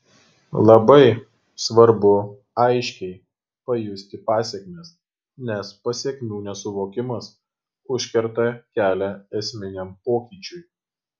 labai svarbu aiškiai pajusti pasekmes nes pasekmių nesuvokimas užkerta kelią esminiam pokyčiui